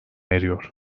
eriyor